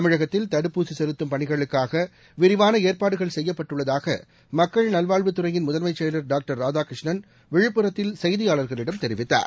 தமிழகத்தில் தடுப்பூசிசெலுத்தும் பணிகளுக்காகவிரிவானஏற்பாடுகள் செய்யப்பட்டுள்ளதாக மக்கள் நல்வாழ்வுத் துறையின் முதன்மைசெயலர் டாக்டர் ராதாகிருஷ்ணன் விழுப்புரத்தில் செய்தியாளர்களிடம் தெரிவித்தார்